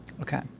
Okay